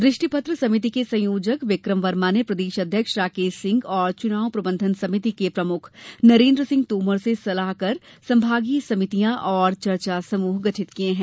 दृष्टि पत्र सभिति के संयोजक विक्रम वर्मा ने प्रदेश अध्यक्ष राकेश सिंह और चुनाव प्रबंधन सभिति के प्रमुख नरेन्द्रसिंह तोमर से सलाह कर संभागीय समितियां और चर्चा समूह गठित किए है